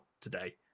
today